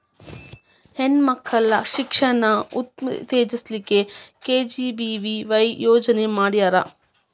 ಹೆಣ್ ಮಕ್ಳ ಶಿಕ್ಷಣಾನ ಉತ್ತೆಜಸ್ ಲಿಕ್ಕೆ ಕೆ.ಜಿ.ಬಿ.ವಿ.ವಾಯ್ ಯೋಜನೆ ಮಾಡ್ಯಾರ್